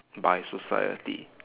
by society